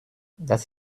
das